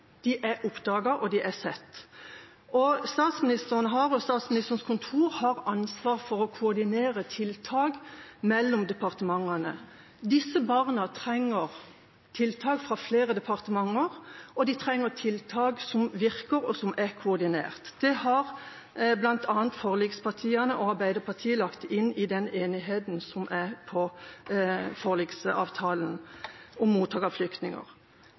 er oppdaget og sett. Statsministeren og Statsministerens kontor har ansvaret for å koordinere tiltak mellom departementene. Disse barna trenger tiltak fra flere departementer, og de trenger tiltak som virker, og som er koordinerte. Det har bl.a. forlikspartiene og Arbeiderpartiet lagt inn i